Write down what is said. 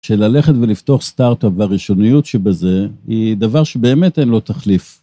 של הלכת ולפתוח סטארט-אפ בראשוניות שבזה, היא דבר שבאמת אין לו תחליף.